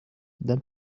than